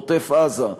בעוטף-עזה,